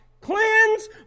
cleanse